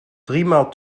driemaal